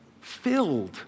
filled